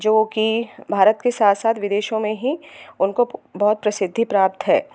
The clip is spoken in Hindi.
जो कि भारत के साथ साथ विदेशों में ही उनको बहुत प्रसिद्धि प्राप्त है